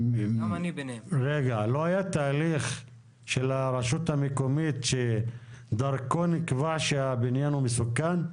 לא היה תהליך של הרשות המקומית שדרכו נקבע שהבניין הוא מסוכן?